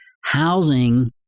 housing